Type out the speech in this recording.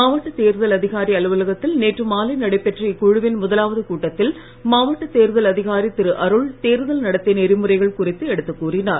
மாவட்ட தேர்தல் அதிகாரி அலுவலகத்தில் நேற்று மாலை நடைபெற்ற இக்குழுவின் முதலாவது கூட்டத்தில் மாவட்ட தேர்தல் அதிகாரி திரு அருள் தேர்தல் நடத்தை நெறிமுறைகள் குறித்து எடுத்துக்கூறினார்